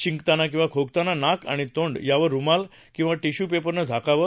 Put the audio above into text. शिकताना किंवा खोकताना नाक आणि तोंड यावर रुमाल किंवा टिश्यू पेपरनं झाकावं